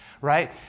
right